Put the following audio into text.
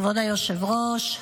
כבוד היושב-ראש,